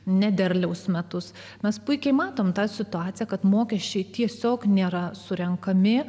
nederliaus metus mes puikiai matome tą situaciją kad mokesčiai tiesiog nėra surenkami